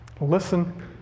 Listen